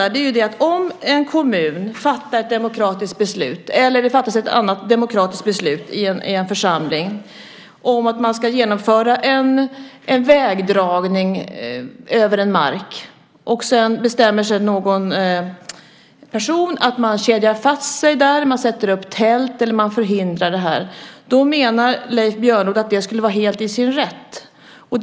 Säg att en kommun eller en annan församling fattar ett demokratiskt beslut om att genomföra en vägdragning över en mark. Sedan bestämmer sig någon person för att kedja fast sig där, sätta upp tält eller förhindra detta på annat vis. Detta menar Leif Björnlod skulle vara helt i sin ordning.